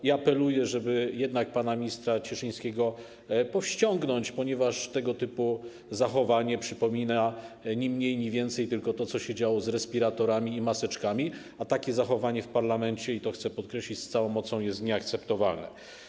I apeluję, żeby jednak pana ministra Cieszyńskiego powściągnąć, ponieważ tego typu zachowanie przypomina ni mniej, ni więcej tylko to, co się działo z respiratorami i maseczkami, a takie zachowanie w parlamencie, i to chcę podkreślić z całą mocą, jest nieakceptowalne.